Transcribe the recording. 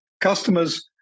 Customers